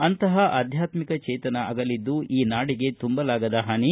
ಅಂತಪ ಆಧ್ಯಾತ್ಮ ಚೇತನ ಅಗಲಿದ್ದು ಈ ನಾಡಿಗೆ ತುಂಬಲಾಗದ ಹಾನಿ